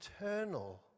eternal